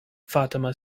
fatima